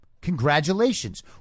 Congratulations